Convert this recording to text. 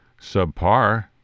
subpar